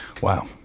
wow